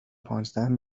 پانزده